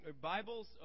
Bibles